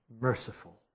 merciful